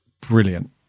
brilliant